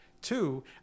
Two